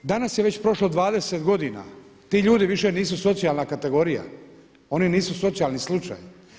Danas je već prošlo 20 godina, ti ljudi više nisu socijalna kategorija, oni nisu socijalni slučaj.